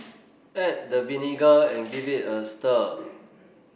add the vinegar and give it a stir